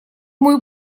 мой